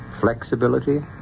flexibility